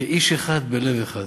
כאיש אחד בלב אחד.